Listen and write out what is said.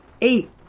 eight